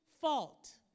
fault